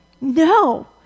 No